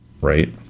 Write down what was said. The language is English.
Right